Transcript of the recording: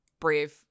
brave